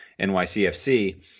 NYCFC